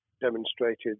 demonstrated